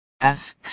Asks